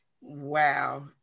Wow